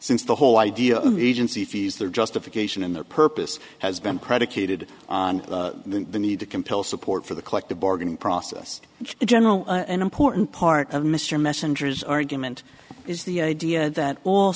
since the whole idea of agency fees their justification and their purpose has been predicated on the need to compel support for the collective bargaining process in general an important part of mr messenger's argument is the idea that all